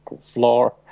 floor